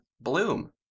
Bloom